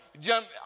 jump